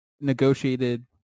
negotiated